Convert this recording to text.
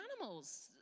animals